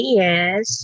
yes